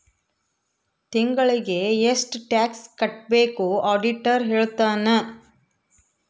ತಿಂಗಳಿಗೆ ಎಷ್ಟ್ ಟ್ಯಾಕ್ಸ್ ಕಟ್ಬೇಕು ಆಡಿಟರ್ ಹೇಳ್ತನ